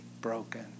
broken